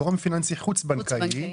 גורם פיננסי חוץ-בנקאי.